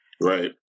Right